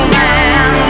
man